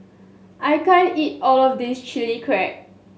I can't eat all of this Chili Crab